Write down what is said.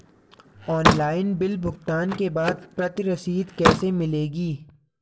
Online bill भुगतान के बाद प्रति रसीद कैसे मिलेगी?